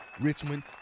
Richmond